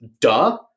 duh